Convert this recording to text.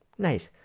nice!